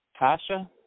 Tasha